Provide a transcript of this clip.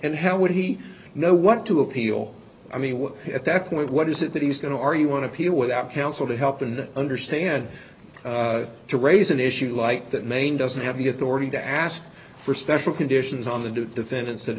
and how would he know what to appeal i mean at that point what is it that he's going to are you want to appeal without counsel to help and understand to raise an issue like that main doesn't have the authority to ask for special conditions on the defendants that